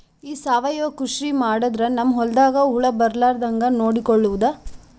ಈ ಸಾವಯವ ಕೃಷಿ ಮಾಡದ್ರ ನಮ್ ಹೊಲ್ದಾಗ ಹುಳ ಬರಲಾರದ ಹಂಗ್ ನೋಡಿಕೊಳ್ಳುವುದ?